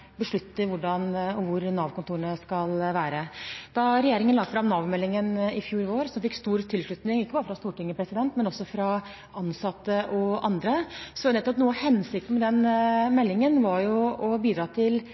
hvor Nav-kontorene skal være. Da regjeringen la fram Nav-meldingen i fjor vår, som fikk stor tilslutning, ikke bare fra Stortinget, men også fra ansatte og andre, var noe av hensikten med meldingen nettopp å bidra til